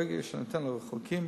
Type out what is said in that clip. ברגע שניתן לרחוקים,